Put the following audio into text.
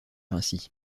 ainsi